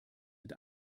mit